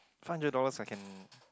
five hundred dollars I can